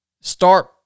Start